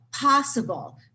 possible